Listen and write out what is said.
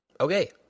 okay